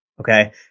Okay